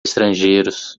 estrangeiros